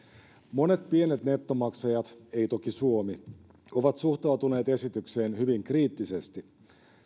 monet pienet nettomaksajat ei toki suomi ovat suhtautuneet esitykseen hyvin kriittisesti